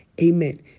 Amen